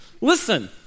Listen